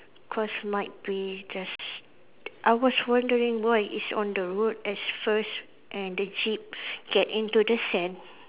cause might be there's I was wondering why it's on the road at first and the jeep get into the sand